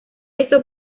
esto